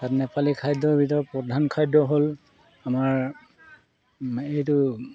তাত নেপালী খাদ্যৰ ভিতৰত প্ৰধান খাদ্য হ'ল আমাৰ এইটো